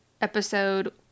episode